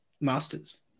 Masters